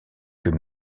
que